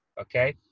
Okay